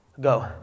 Go